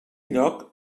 lloc